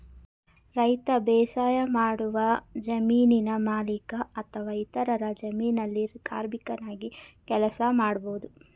ರೈತ ಬೇಸಾಯಮಾಡುವ ಜಮೀನಿನ ಮಾಲೀಕ ಅಥವಾ ಇತರರ ಜಮೀನಲ್ಲಿ ಕಾರ್ಮಿಕನಾಗಿ ಕೆಲಸ ಮಾಡ್ಬೋದು